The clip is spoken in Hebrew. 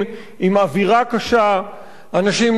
אנשים לא מרגישים בטוח להסתובב בערב.